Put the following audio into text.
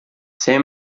sei